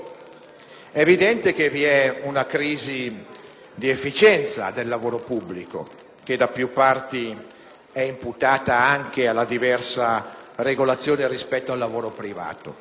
È evidente che vi è una crisi di efficienza del lavoro pubblico, che da più parti è imputata anche alla sua diversa regolazione rispetto al lavoro privato.